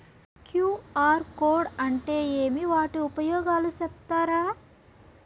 QR code అంటే ఏమి వాటి ఉపయోగాలు సెప్తారా?